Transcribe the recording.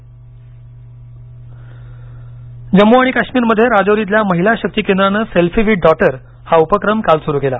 selfie with daughter Jammu आणि काश्मीरमध्ये राजौरीतल्या महिला शक्ती केंद्रानं सेल्फी विथ डॉटर हा उपक्रम काल सुरू केला